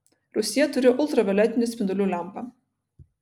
rūsyje turiu ultravioletinių spindulių lempą